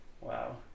Wow